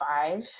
five